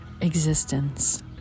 existence